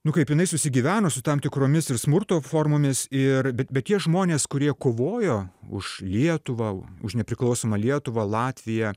nu kaip jinai susigyvena su tam tikromis ir smurto formomis ir bet bet tie žmonės kurie kovojo už lietuvą už nepriklausomą lietuvą latviją